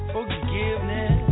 Forgiveness